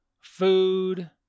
food